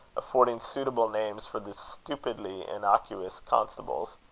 affording suitable names for the stupidly innocuous constables,